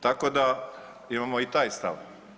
Tako da imamo i taj stav.